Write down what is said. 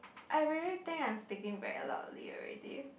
I really think I'm speaking very loudly already